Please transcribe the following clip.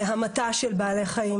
המתה של בעלי חיים,